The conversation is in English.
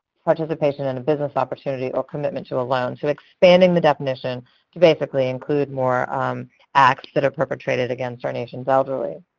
participation in a business opportunity, or commitment to a loan, so expanding the definition to basically include more acts that are perpetrated against our nation's elderly.